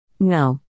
No